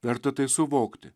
verta tai suvokti